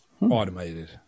automated